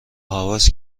هواس